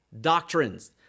doctrines